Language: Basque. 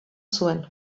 zuen